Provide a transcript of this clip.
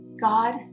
God